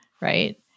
right